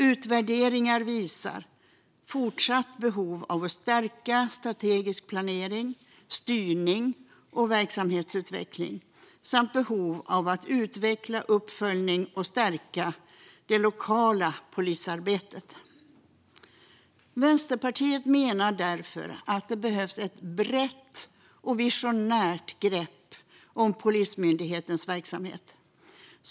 Utvärderingar visar ett fortsatt behov av att stärka strategisk planering, styrning och verksamhetsutveckling samt ett behov av att utveckla uppföljning och stärka det lokala polisarbetet. Vänsterpartiet menar därför att det behövs ett brett och visionärt grepp om Polismyndighetens verksamhet.